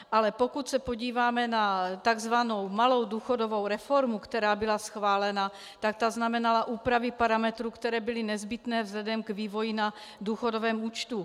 Ale pokud se podíváme na takzvanou malou důchodovou reformu, která byla schválena, tak znamenala úpravy parametrů, které byly nezbytné vzhledem k vývoji na důchodovém účtu.